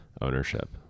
ownership